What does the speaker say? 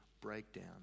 breakdown